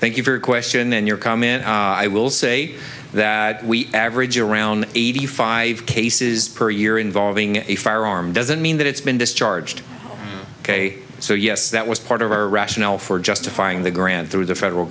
thank you very question and your comment i will say that we average around eighty five cases per year involving a firearm doesn't mean that it's been discharged ok so yes that was part of our rationale for justifying the grant through the federal